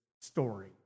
story